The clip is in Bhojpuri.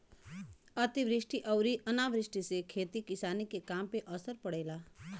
अतिवृष्टि अउरी अनावृष्टि से खेती किसानी के काम पे असर पड़ेला